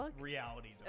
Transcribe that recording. realities